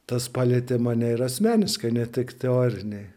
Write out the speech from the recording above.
tas palietė mane ir asmeniškai ne tik teorinė